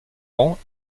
ans